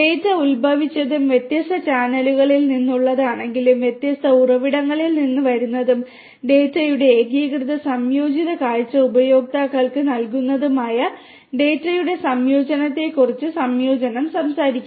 data ഉത്ഭവിച്ചതും വ്യത്യസ്ത ചാനലുകളിൽ നിന്നുള്ളതാണെങ്കിലും വ്യത്യസ്ത ഉറവിടങ്ങളിൽ നിന്ന് വരുന്നതും ഡാറ്റയുടെ ഏകീകൃത സംയോജിത കാഴ്ച ഉപയോക്താക്കൾക്ക് നൽകുന്നതുമായ ഡാറ്റയുടെ സംയോജനത്തെക്കുറിച്ച് സംയോജനം സംസാരിക്കുന്നു